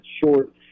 short